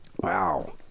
Wow